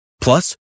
Plus